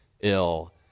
ill